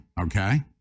okay